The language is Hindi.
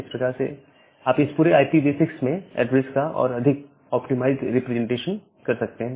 इस प्रकार से आप इस पूरे IPv6 में एड्रेस का और अधिक ऑप्टिमाइज्ड रिप्रेजेंटेशन कर सकते हैं